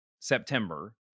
September